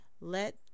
Let